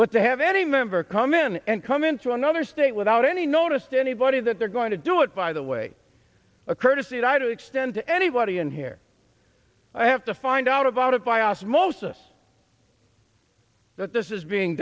but they have any member come in and come into another state without any notice to anybody that they're going to do it by the way a courtesy title extend to anybody in here i have to find out about it by osmosis that this is being